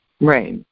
Right